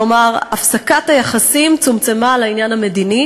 כלומר, הפסקת היחסים צומצמה לעניין המדיני,